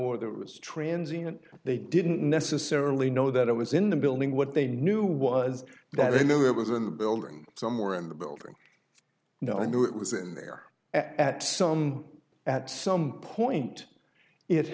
or there was transients they didn't necessarily know that it was in the building what they knew was that they knew it was in the building somewhere in the building and i knew it was in there at some at some point